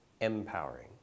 empowering